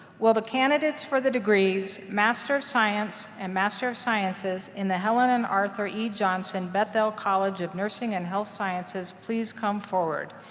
will the candidates for the degrees master of science and master of sciences in the helen and arthur e. johnson bethel college of nursing and health sciences please come forward.